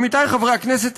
עמיתיי חברי הכנסת,